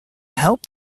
help